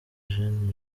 gen